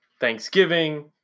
Thanksgiving